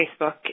Facebook